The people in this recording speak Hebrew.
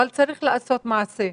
אבל צריך לעשות מעשה.